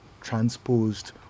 transposed